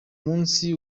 munsi